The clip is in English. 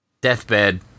deathbed